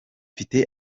mfite